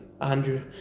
Andrew